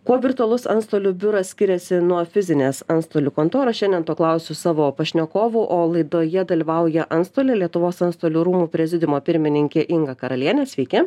kuo virtualus antstolių biuras skiriasi nuo fizinės antstolių kontoros šiandien to klausiu savo pašnekovų o laidoje dalyvauja antstolė lietuvos antstolių rūmų prezidiumo pirmininkė inga karalienė sveiki